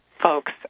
folks